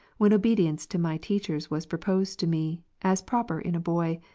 when obedience to my teachers was pro posed to me, as proper in a boy,